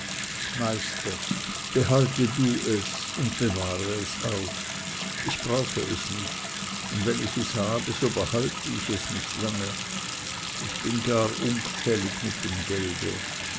meister behalte du es und kalte es ich brauche es nicht und wenn ich es habe so behalte ich es nicht lange ich bin gar ungfellig mit dem gelde